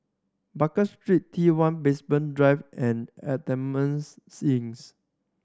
Baker Street T One Basement Drive and Adamson Inns